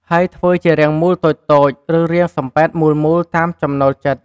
ហើយធ្វើជារាងមូលតូចៗ ឬរាងសំប៉ែតមូលៗតាមចំណូលចិត្ត។